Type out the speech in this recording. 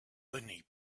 bunny